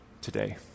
today